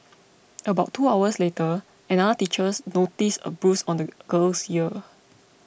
about two hours later another teacher noticed a bruise on the girl's ear